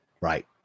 Right